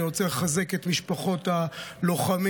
אני רוצה לחזק את משפחות הלוחמים,